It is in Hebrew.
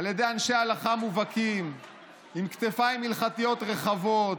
על ידי אנשי הלכה מובהקים עם כתפיים הלכתיות רחבות,